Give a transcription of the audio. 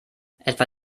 etwa